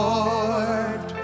Lord